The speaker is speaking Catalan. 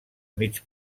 mig